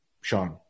Sean